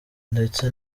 ndetse